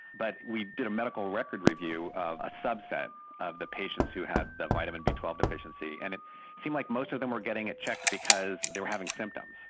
but we did a medical record review of a subset of the patients who had the vitamin b one two um deficiency, and it seemed like most of them were getting it checked because they were having symptoms.